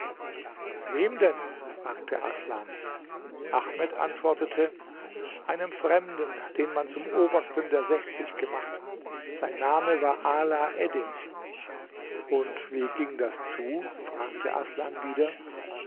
wem denn fragte aßlan ahmed antwortete einem fremden den man zum obersten der sechzig gemacht sein name war ala eddin und wie ging das zu fragte aßlan wieder